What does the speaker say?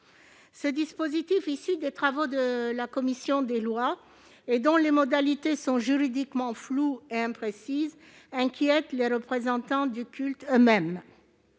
Ce dispositif issu des travaux de la commission des lois et dont les modalités sont juridiquement floues et imprécises inquiète les représentants des cultes eux-mêmes.